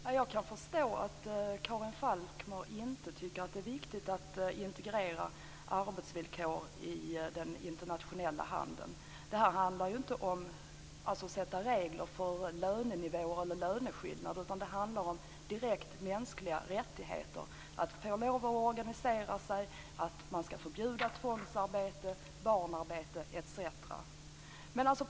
Fru talman! Jag kan förstå att Karin Falkmer inte tycker att det är viktigt att integrera regler om arbetsvillkor i den internationella handeln. Det handlar inte om att sätt upp regler för lönenivåer eller löneskillnader, utan det handlar om direkta mänskliga rättigheter. Det handlar om att få lov att organisera sig och om förbud mot tvångsarbete och barnarbete, etc.